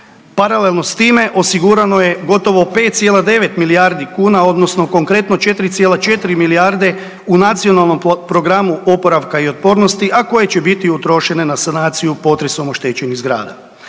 Paralelno s time osigurano je gotovo 5,9 milijardi kuna, odnosno konkretno, 4,4 milijarde u Nacionalnom programu oporavka i otpornosti, a koje će biti utrošene na sanaciju potresom oštećenih zgrada.